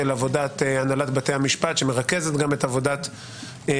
עבודת הנהלת בתי המשפט שמרכזת גם את עבודת